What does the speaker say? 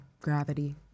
gravity